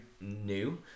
new